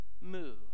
move